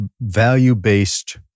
value-based